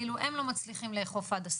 הם לא מצליחים לאכוף עד הסוף,